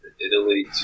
Italy